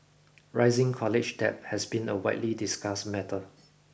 rising college debt has been a widely discussed matter